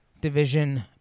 Division